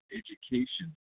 education